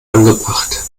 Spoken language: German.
angebracht